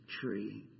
tree